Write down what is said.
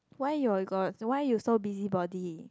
why you got why you so busybody